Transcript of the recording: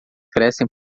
crescem